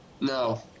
No